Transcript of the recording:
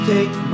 Take